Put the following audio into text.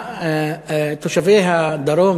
תושבי הדרום,